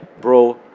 bro